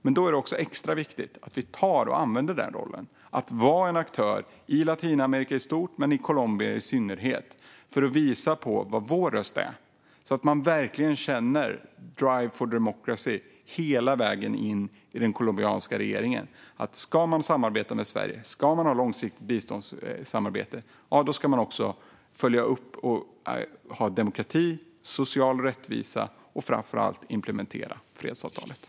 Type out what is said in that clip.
Men det är viktigt att vi använder vår roll i Latinamerika i allmänhet och i Colombia i synnerhet till att göra vår röst hörd så att Drive for democracy känns hela vägen in i den colombianska regeringen. Om Colombia ska ha ett långsiktigt biståndssamarbete med Sverige ska landet också ha demokrati och social rättvisa, och framför allt ska fredsavtalet implementeras.